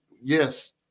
Yes